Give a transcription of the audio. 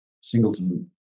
Singleton